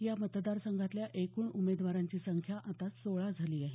या मतदारसंघातल्या एकूण उमेदवारांची संख्या आता सोळा झाली आहे